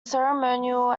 ceremonial